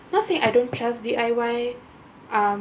not say I don't trust D_I_Y um